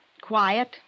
Quiet